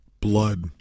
blood